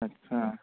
ਅੱਛਾ